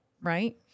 Right